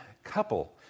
Couple